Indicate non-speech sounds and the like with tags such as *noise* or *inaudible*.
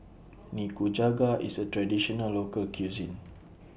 *noise* Nikujaga IS A Traditional Local Cuisine